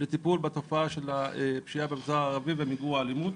לטיפול בתופעה של הפשיעה במגזר הערבי ומיגור האלימות.